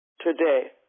today